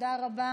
תודה רבה.